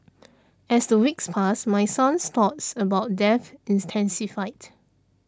as the weeks passed my son's thoughts about death intensified